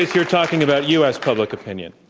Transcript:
you're talking about u. s. public opinion.